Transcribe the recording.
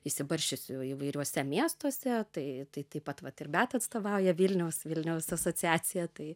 išsibarsčiusių įvairiuose miestuose tai tai taip pat vat ir beata atstovauja vilniaus vilniaus asociaciją tai